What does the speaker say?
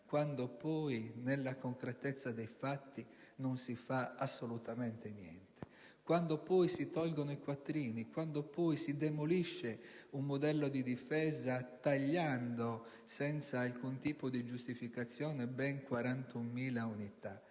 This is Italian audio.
quando poi nella concretezza dei fatti non si fa assolutamente niente; quando poi si tolgono i quattrini; quando poi si demolisce un modello di difesa tagliando, senza alcun tipo di giustificazione, ben 41.000 unità;